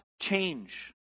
change